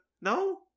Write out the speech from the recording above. No